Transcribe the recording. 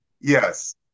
yes